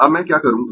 अब मैं क्या करूँगा